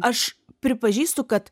aš pripažįstu kad